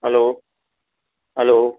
hello hello